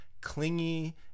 clingy